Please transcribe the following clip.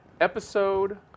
episode